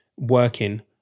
working